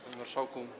Panie Marszałku!